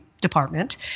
department